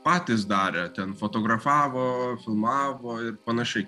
patys darė ten fotografavo filmavo ir panašiai